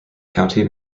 county